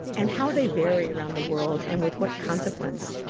and how they vary around the world and with what consequence.